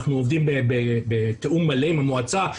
אנחנו עובדים בתיאום מלא עם המועצה,